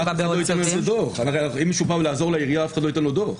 אם מישהו בא לעזור לעירייה אף אחד לא ייתן לו דוח.